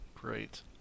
great